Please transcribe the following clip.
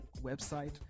website